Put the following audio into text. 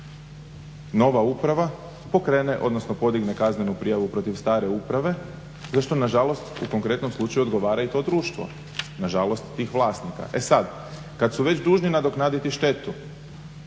nova uprava pokrene, odnosno podigne kaznenu prijavu protiv stare uprave za što na žalost u konkretnom slučaju odgovara i to društvo, na žalost tih vlasnika. E sad, kad su već dužni nadoknaditi štetu,